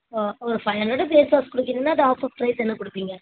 ஒரு ஃபை ஹண்ட்ரெடுக்கு face wash கொடுக்குறீங்கன்னா அது ஆஃபர் ப்ரைஸ் என்ன கொடுப்பீங்க